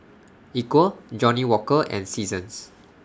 Equal Johnnie Walker and Seasons